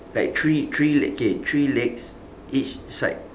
like three three le~ okay three legs each side